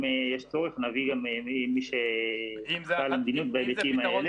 אם יש צורך נביא גם מי שאחראי על המדיניות בהיבטים האלה.